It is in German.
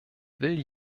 will